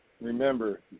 Remember